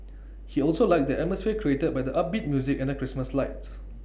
he also liked the atmosphere created by the upbeat music and the Christmas lights